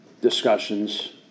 discussions